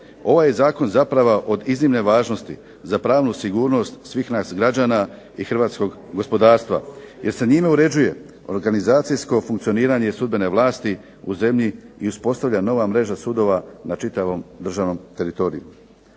ovaj je zakon zapravo od iznimne važnosti za pravnu sigurnost svih nas građana i hrvatskog gospodarstva, jer se njime uređuje organizacijsko funkcioniranje sudbene vlasti u zemlji i uspostavlja nova mreža sudova na čitavom državnom teritoriju.